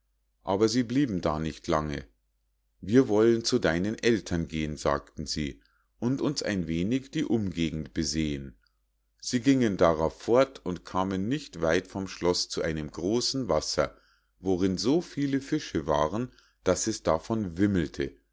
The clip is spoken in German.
aber sie blieben da nicht lange wir wollen zu deinen ältern gehen sagten sie und uns ein wenig die umgegend besehen sie gingen darauf fort und kamen nicht weit vom schloß zu einem großen wasser worin so viele fische waren daß es davon wimmelte